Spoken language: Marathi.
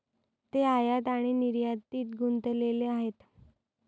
ते आयात आणि निर्यातीत गुंतलेले आहेत